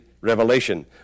revelation